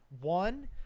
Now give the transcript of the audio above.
One